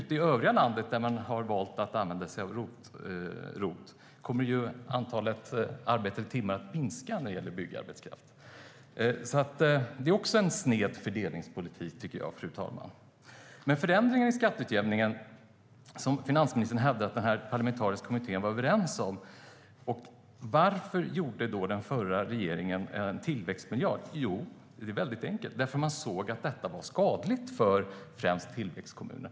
I övriga landet, där man valt att använda sig av ROT, kommer antalet arbetade timmar vad gäller byggarbetskraften att minska. Det är också en sned fördelningspolitik, fru talman. Finansministern hävdar att den parlamentariska kommittén var överens om förändringar i skatteutjämningen. Varför införde den förra regeringen då en tillväxtmiljard? Det är väldigt enkelt. Man såg att utjämningssystemet var skadligt för framför allt tillväxtkommunerna.